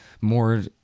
more